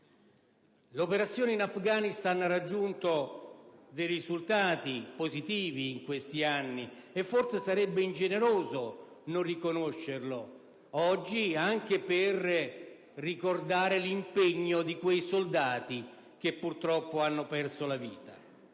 L'operazione in Afghanistan ha raggiunto dei risultati positivi in questi anni e forse sarebbe ingeneroso non riconoscerlo oggi, anche per ricordare l'impegno di quei soldati che purtroppo hanno perso la vita.